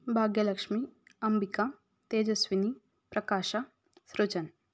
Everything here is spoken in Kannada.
ಭಾಗ್ಯಲಕ್ಷ್ಮಿ ಅಂಬಿಕಾ ತೇಜಸ್ವಿನಿ ಪ್ರಕಾಶ ಸೃಜನ್